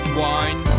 wine